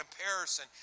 comparison